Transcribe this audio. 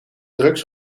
drugs